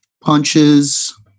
punches